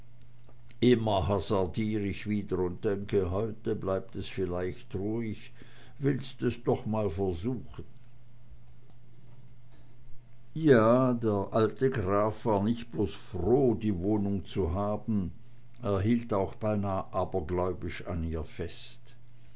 immer hasardier ich wieder und denke heute bleibt es vielleicht ruhig willst es doch noch mal versuchen ja der alte graf war nicht bloß froh die wohnung zu haben er hielt auch beinah abergläubisch an ihr fest